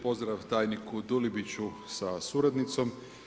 Pozdrav tajniku Dulibiću sa suradnicom.